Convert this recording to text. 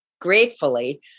gratefully